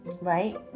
Right